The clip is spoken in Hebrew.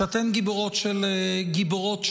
שאתן גיבורות של ממש.